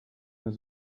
mehr